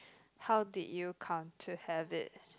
how did you come to have it